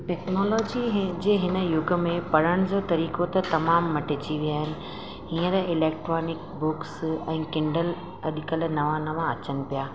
technology हे जे हिन युग में पढ़ण जो तरीक़ो त तमामु मटिजी विया आहिनि हींअर इलेक्ट्रोनिक्स बुक्स ऐं किंडल अॼुकल्ह नवा नवा अचनि पिया